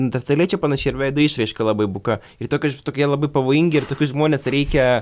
neandertaliečio panaši ir veido išraiška labai buka ir tokia tokie jie labai pavojingi ir tokius žmones reikia